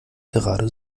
gerade